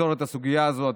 לפתור את הסוגיה הזאת.